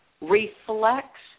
reflects